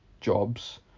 jobs